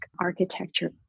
architecture